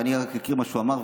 ואני רק אקריא מה שהוא אמר,